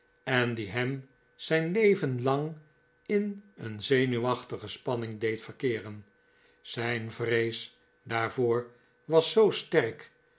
en die hem zijn leven lang in een zenuwachtige spanning deed verkeeren zijn vrees daarvoor was zoo sterk